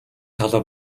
талаар